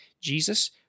Jesus